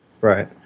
Right